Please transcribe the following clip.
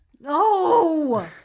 No